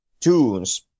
tunes